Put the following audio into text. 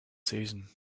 season